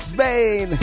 Spain